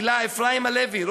גילה אפרים הלוי,